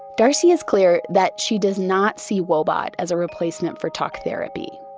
darcy is clear that she does not see woebot as a replacement for talk therapy,